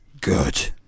Good